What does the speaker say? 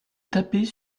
taper